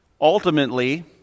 Ultimately